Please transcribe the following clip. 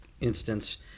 instance